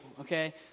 Okay